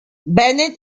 bennett